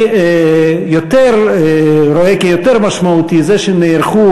אני רואה כיותר משמעותי את זה שנערכו